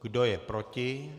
Kdo je proti?